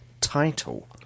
title